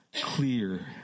clear